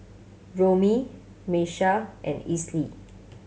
Romie Miesha and Esley